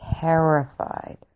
terrified